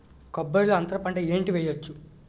కొబ్బరి లో అంతరపంట ఏంటి వెయ్యొచ్చు?